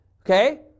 Okay